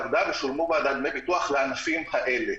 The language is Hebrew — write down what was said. עבדה ושולמו בעדה דמי ביטוח לענפים האלה.